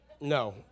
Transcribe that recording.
No